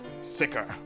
sicker